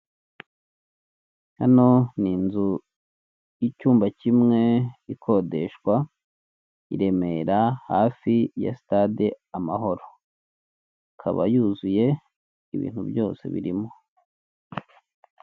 Hano ni inzu y'icyumba kimwe ikodeshwa, i Remera hafi ya sitade Amahoro, ikaba yuzuye ibintu byose birimo.